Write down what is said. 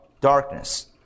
darkness